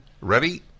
ready